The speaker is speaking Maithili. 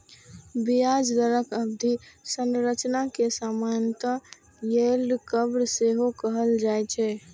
ब्याज दरक अवधि संरचना कें सामान्यतः यील्ड कर्व सेहो कहल जाए छै